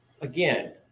again